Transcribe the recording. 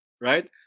right